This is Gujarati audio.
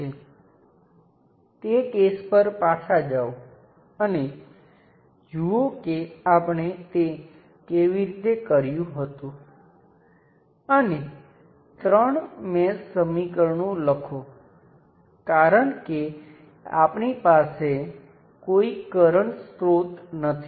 હવે તે એકદમ સ્પષ્ટ હોવું જોઈએ કે આમાંથી કરંટ શૂન્ય છે કારણ કે હું એ પણ જાણું છું કે મૂળરૂપે મારી પાસે આ ઘટકમાંથી આ દિશામાં કરંટ I વહેતો હતો